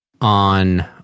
on